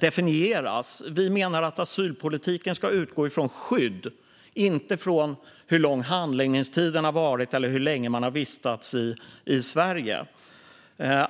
definieras tydligare. Enligt oss ska asylpolitiken utgå från skydd, inte från hur lång handläggningstiden har varit eller hur länge man har vistats i Sverige.